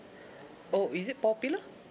oh is it popular